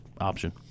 option